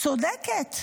היא צודקת,